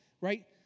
Right